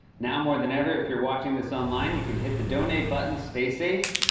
now, more than ever, if you're watching this online, you can hit the donate button. stay safe.